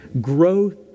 growth